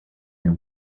your